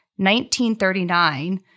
1939